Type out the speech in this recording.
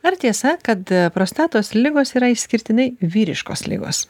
ar tiesa kad prostatos ligos yra išskirtinai vyriškos ligos